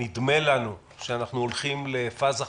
נדמה לנו שאנחנו הולכים לפאזה חדשה,